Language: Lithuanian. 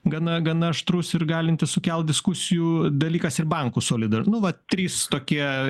gana aštrus ir galintis sukelt diskusijų dalykas ir bankų solidarumas nu vat trys tokie